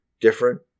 Different